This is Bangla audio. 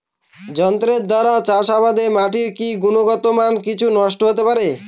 যন্ত্রের দ্বারা চাষাবাদে মাটির কি গুণমান কিছু নষ্ট হতে পারে?